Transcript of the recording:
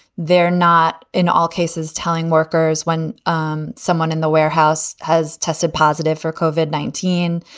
they're not in all cases telling workers when um someone in the warehouse has tested positive for cova nineteen.